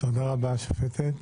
תודה רבה, השופטת.